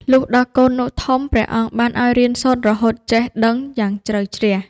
លុះដល់កូននោះធំ ព្រះអង្គបានឱ្យរៀនសូត្ររហូតចេះដឹងយ៉ាងជ្រៅជ្រះ។